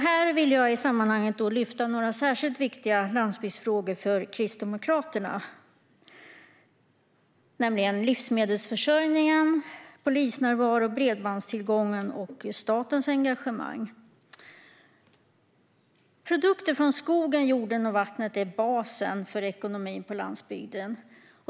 Jag vill i sammanhanget lyfta några landsbygdsfrågor som är särskilt viktiga för Kristdemokraterna, nämligen livsmedelsförsörjningen, polisnärvaron, bredbandstillgången och statens engagemang. Produkter från skogen, jorden och vattnet är basen för ekonomin på landsbygden.